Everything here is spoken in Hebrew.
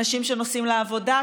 אנשים שנוסעים לעבודה,